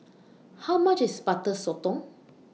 How much IS Butter Sotong